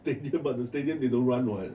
stadium but the stadium they don't run what